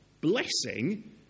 blessing